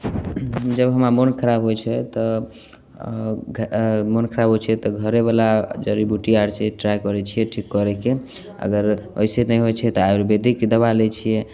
जब हमरा मन खराब होइत छै तऽ मन खराब होइत छै तऽ घरे बला जड़ी बूटी आर से ट्राय करैत छियै ठीक करैके अगर ओहिसे नहि होइत छै तऽ आयुर्बेदिक दबाइ लै छियै